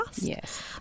Yes